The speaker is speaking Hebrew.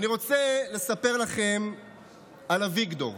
אני רוצה לספר לכם על אביגדור.